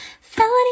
Felony